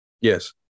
Yes